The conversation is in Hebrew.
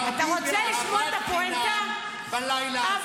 יהדות באהבת חינם בלילה הזה במקום בשנאת חינם.